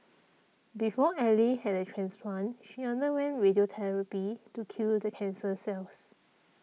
before Ally had a transplant she underwent radiotherapy to kill the cancer cells